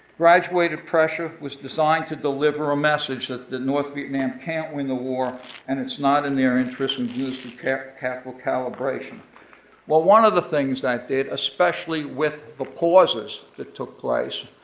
graduated pressure was designed to deliver a message that the north vietnam can't win the war and it's not in their interest and due to careful careful calibration well one of the things that did, especially with the pauses that took place,